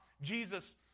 Jesus